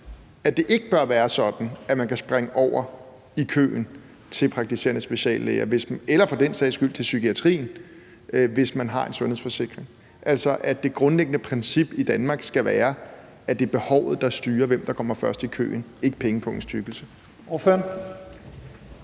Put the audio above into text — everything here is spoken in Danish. at det ikke bør være sådan, at man kan springe over i køen til praktiserende speciallæger eller for den sags skyld til psykiatrien, hvis man har en sundhedsforsikring, altså at det grundlæggende princip i Danmark skal være, at det er behovet, der styrer, hvem der kommer først i køen, og ikke pengepungens tykkelse.